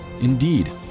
Indeed